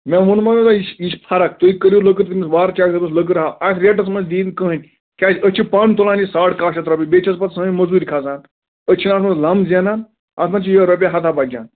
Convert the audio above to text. مےٚ ووٚنمو نا تۄہہِ یہِ چھِ یہِ چھِ فرق تُہۍ کٔرِو لٔکٕر تٔمِس وارٕ چیک دٔپۍہوٗس لٔکٕر ہاو اَتھ ریٹَس منٛز دِیہِ نہٕ کٕہیٖنۍ کیٛازِ أسۍ چھِ پانہٕ تُلان یہِ ساڑ کاہ شَتھ رۄپیہِ بیٚیہِ چھَس پَتہٕ سٲنۍ موٚزوٗرۍ کھسان أسۍ چھِنہٕ اَتھ منٛز لَنٛمب زینان اَتھ منٛز چھِ یِہَے رۄپیہِ ہَتھا بَچان